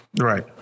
Right